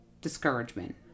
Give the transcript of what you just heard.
discouragement